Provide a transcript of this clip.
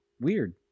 weird